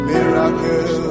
Miracle